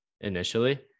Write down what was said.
initially